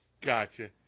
Gotcha